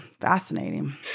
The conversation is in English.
fascinating